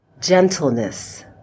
gentleness